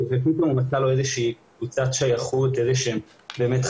רק אז הוא מצא לו איזו קבוצת שייכות ואיזה שהם חברים.